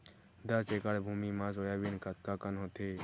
दस एकड़ भुमि म सोयाबीन कतका कन होथे?